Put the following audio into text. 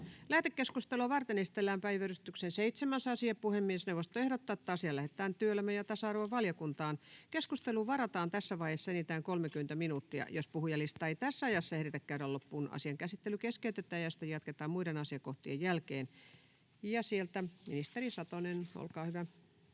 Lähetekeskustelua varten esitellään päiväjärjestyksen 7. asia. Puhemiesneuvosto ehdottaa, että asia lähetetään työelämä- ja tasa-arvovaliokuntaan. Keskusteluun varataan tässä vaiheessa enintään 30 minuuttia. Jos puhujalistaa ei tässä ajassa ehditä käydä loppuun, asian käsittely keskeytetään ja sitä jatketaan muiden asiakohtien jälkeen. — Ministeri Satonen, olkaa hyvä.